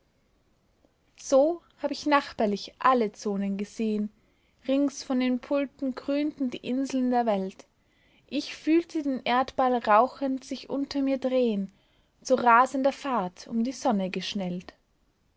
so hab ich nachbarlich alle zonen gesehen rings von den pulten grünten die inseln der welt ich fühlte den erdball rauchend sich unter mir drehen zu rasender fahrt um die sonne geschnellt